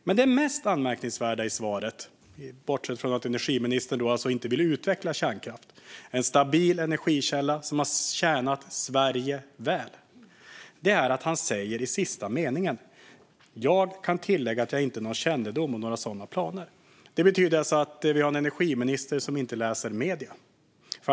Men det mest anmärkningsvärda i energiministerns svar - bortsett från att han alltså inte vill utveckla kärnkraft, en stabil energikälla som har tjänat Sverige väl - är den sista meningen: "Jag kan här tillägga att jag inte har någon kännedom om några sådana planer." Det här betyder att vi har en energiminister som inte läser medierna.